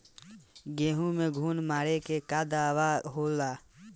गेहूँ में घुन मारे के का दवा हो सकेला?